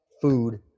food